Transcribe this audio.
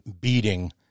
beating